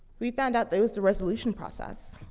we found out that it was the resolution process.